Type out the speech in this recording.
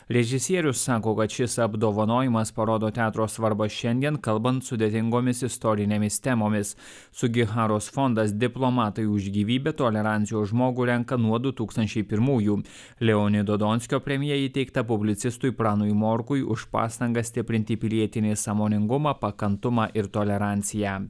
režisierius sako kad šis apdovanojimas parodo teatro svarbą šiandien kalbant sudėtingomis istorinėmis temomis sugiharos fondas diplomatai už gyvybę tolerancijos žmogų renka nuo du tūkstančiai pirmųjų leonido donskio premija įteikta publicistui pranui morkui už pastangas stiprinti pilietinį sąmoningumą pakantumą ir toleranciją